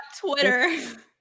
Twitter